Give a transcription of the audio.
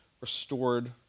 restored